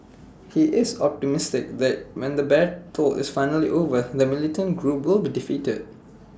he is optimistic that when the battle is finally over the militant group will be defeated